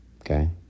Okay